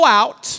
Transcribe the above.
out